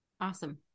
Awesome